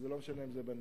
לא משנה אם הוא בנגב.